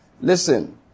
Listen